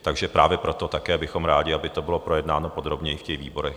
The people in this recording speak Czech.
Takže právě proto také bychom rádi, aby to bylo projednáno podrobně i v těch výborech.